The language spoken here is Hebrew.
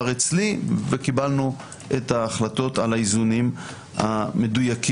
אצלי וקיבלנו את ההחלטות על האיזונים המדויקים.